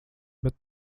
bet